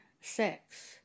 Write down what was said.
sex